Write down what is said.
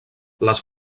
les